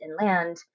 inland